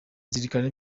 kuzirikana